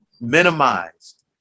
minimized